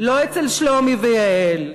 לא אצל שלומי ויעל.